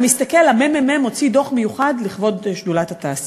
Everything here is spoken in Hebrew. הממ"מ הוציא דוח מיוחד לכבוד שדולת התעשייה,